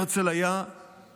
הרצל היה פנומן.